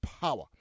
power